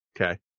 Okay